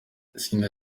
sina